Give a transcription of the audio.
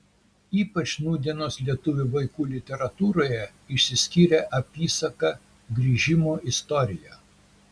ypač nūdienos lietuvių vaikų literatūroje išsiskyrė apysaka grįžimo istorija